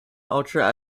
ultra